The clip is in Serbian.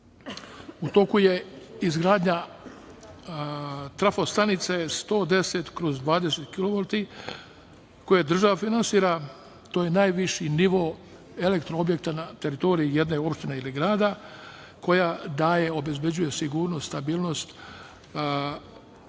u toku je izgradnja trafostanice 110/20 kilovolti koju država finansira. To je najviši nivo elektro objekta na teritoriji jedne opštine ili grada koja obezbeđuje sigurnost, stabilnost